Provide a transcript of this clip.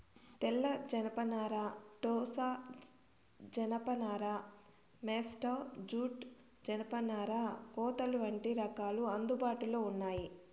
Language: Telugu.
తెల్ల జనపనార, టోసా జానప నార, మేస్టా జూట్, జనపనార కోతలు వంటి రకాలు అందుబాటులో ఉన్నాయి